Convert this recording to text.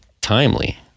timely